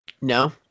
No